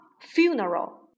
funeral